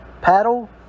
Paddle